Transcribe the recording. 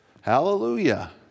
hallelujah